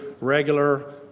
regular